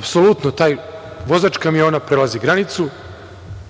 kamion i taj vozač kamiona prelazi granicu,